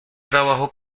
trabajo